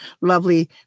lovely